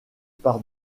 par